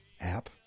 app